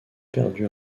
perdu